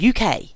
uk